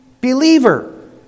believer